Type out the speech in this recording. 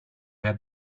have